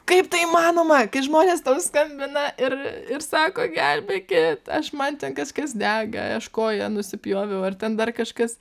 kaip tai įmanoma kai žmonės tau skambina ir ir sako gelbėkit aš man ten kažkas dega aš koją nusipjoviau ar ten dar kažkas